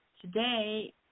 today